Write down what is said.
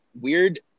weird